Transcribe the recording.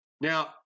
Now